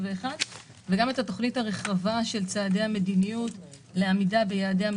וגם את התוכנית הרחבה של צעדי המדיניות לעמידה ביעדי האנרגיות